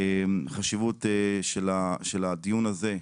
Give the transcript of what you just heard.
את החשיבות של הדיון הזה,